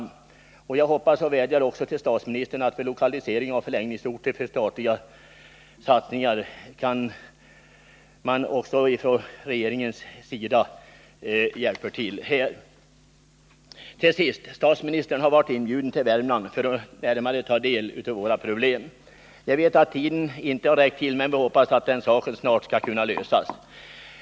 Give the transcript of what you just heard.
I det sammanhanget vill jag också uttrycka en vädjan till statsministern, att han och regeringen vid lokalisering av statliga satsningar har Värmlands problem i åtanke. Till sist: statsministern har varit inbjuden till Värmland för att närmare ta del av våra problem. Jag vet att tiden inte räckt till för statsministern för att göra ett sådant besök, men vi hoppas att den saken snart skall kunna lösas.